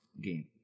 game